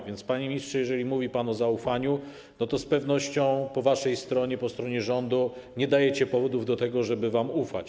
A więc, panie ministrze, mówi pan o zaufaniu, a z pewnością po waszej stronie, po stronie rządu nie dajecie powodów do tego, żeby wam ufać.